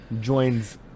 joins